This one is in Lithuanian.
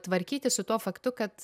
tvarkytis su tuo faktu kad